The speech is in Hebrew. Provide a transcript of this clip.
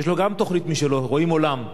שיש לו גם תוכנית משלו, "רואים עולם".